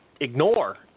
Ignore